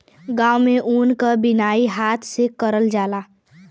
गांव में ऊन क बिनाई हाथे से करलन